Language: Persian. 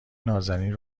نازنین